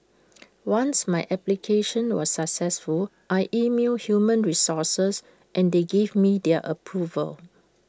once my application was successful I emailed human resources and they gave me their approval